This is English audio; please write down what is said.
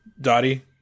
Dottie